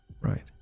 Right